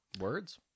words